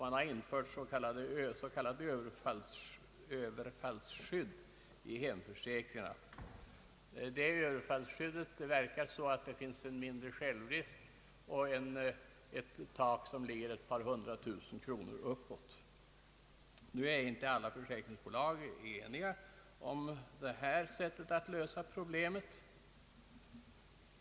Man har infört ett s.k. överfallsskydd i hemförsäkringarna. Detta överfallsskydd är försett med en mindre självrisk och har ett tak för utbetalningar vid ungefär ett par hundra tusen kronor. Alla försäkringsbolag är dock inte eniga om detta sätt att lösa problemet.